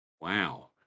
Wow